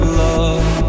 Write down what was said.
love